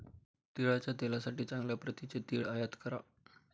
तिळाच्या तेलासाठी चांगल्या प्रतीचे तीळ आयात करा